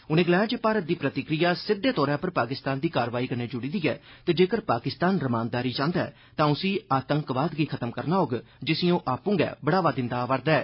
उनें गलाया जे भारत दी प्रतिक्रिया सिद्दे तौर पर पाकिस्तान दी कार्रवाई कन्नै जुड़ी ऐ ते जेगर पाकिस्तान रमानदारी चांह्दा ऐ तां उसी आतंकवाद गी खत्म करना होग जिसी ओह् आपूं गै बढ़ावा देआ रदा ऐ